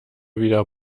wieder